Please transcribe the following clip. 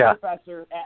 professor